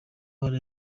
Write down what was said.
ahari